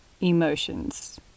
emotions